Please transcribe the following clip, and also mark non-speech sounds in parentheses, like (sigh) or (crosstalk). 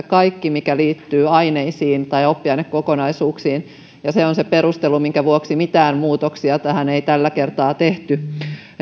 (unintelligible) kaikki mikä liittyy aineisiin tai oppiainekokonaisuuksiin ja se on se perustelu minkä vuoksi mitään muutoksia tähän ei tällä kertaa tehty